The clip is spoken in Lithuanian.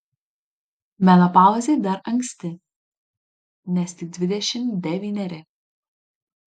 menopauzei dar anksti nes tik dvidešimt devyneri